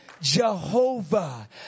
Jehovah